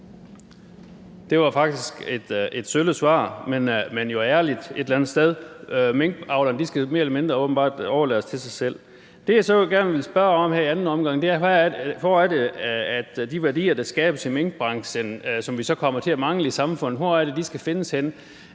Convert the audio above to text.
var faktisk et sølle svar, men jo et eller andet sted et ærligt svar: Minkavlerne skal åbenbart mere eller mindre overlades til sig selv. Det, jeg så gerne vil spørge om her i anden omgang, er: Hvor skal de værdier, der skabes af minkbranchen, og som vi så kommer til at mangle i samfundet, så findes henne?